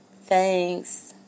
Thanks